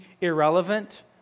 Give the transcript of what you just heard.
irrelevant